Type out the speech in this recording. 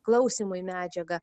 klausymui medžiagą